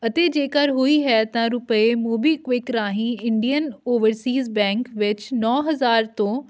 ਅਤੇ ਜੇਕਰ ਹੋਈ ਹੈ ਤਾਂ ਰੁਪਏ ਮੋਬੀਕਵਿਕ ਰਾਹੀਂ ਇੰਡੀਅਨ ਓਵਰਸੀਜ਼ ਬੈਂਕ ਵਿੱਚ ਨੌਂ ਹਜ਼ਾਰ ਤੋਂ